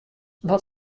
wat